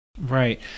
Right